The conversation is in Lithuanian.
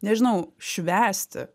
nežinau švęsti